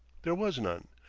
there was none.